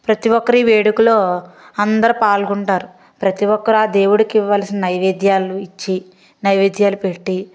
ప్రతీ ఒక్కరు ఈ వేడుకలో అందరు పాల్గొంటారు ప్రతీ ఒక్కరు ఆ దేవుడికివ్వాల్సిన నైవేద్యాలు ఇచ్చి నైవేద్యాలు పెట్టి